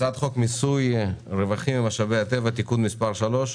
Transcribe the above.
הצעת חוק מיסוי רווחים ממשאבי הטבע (תיקון מס' 3),